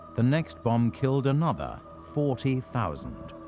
the next bomb killed another forty thousand.